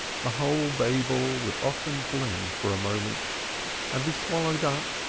the whole babel would often blend for a moment and be swallowed up,